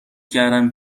کردم